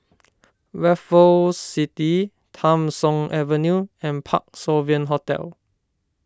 Raffles City Tham Soong Avenue and Parc Sovereign Hotel